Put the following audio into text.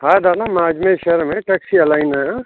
हा दादा मां अजमेर शहर में टैक्सी हलाईंदो आहियां